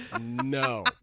No